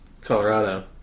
Colorado